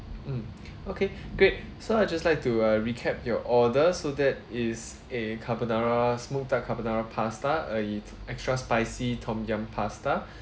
um okay great so I just like to uh recap your order so that is a carbonara smoked duck carbonara pasta and extra spicy tom yum pasta